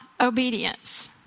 obedience